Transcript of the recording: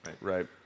Right